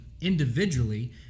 individually